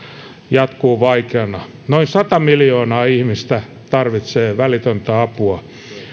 jatkuu vaikeana noin sata miljoonaa ihmistä tarvitsee välitöntä apua